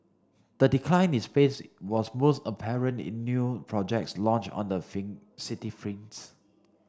the decline in space was most apparent in new projects launched on the city